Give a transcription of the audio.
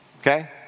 okay